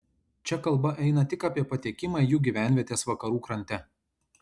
čia kalba eina tik apie patekimą į jų gyvenvietes vakarų krante